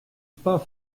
pas